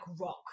rock